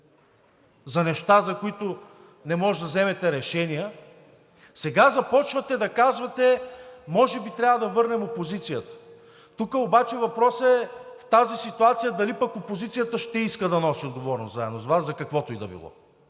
за неща, за които не можете да вземете решения, сега започвате да казвате – може би трябва да върнем опозицията. Тук обаче въпросът е в тази ситуация дали пък опозицията ще иска да носи отговорност заедно с Вас за каквото и било.